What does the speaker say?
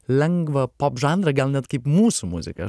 lengvą pop žanrą gal net kaip mūsų muzika